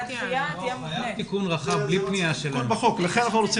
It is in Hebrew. אנחנו רוצים